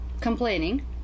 complaining